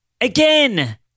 Again